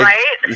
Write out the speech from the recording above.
Right